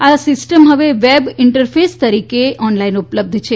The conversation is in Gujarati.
આ સિસ્ટમ હવે વેબ ઇન્ટરફેસ તરીકે ઉપલબ્ધ છે